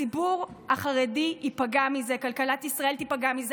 הציבור החרדי ייפגע מזה, כלכלת ישראל תיפגע מזה.